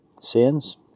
sins